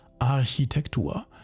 Architektur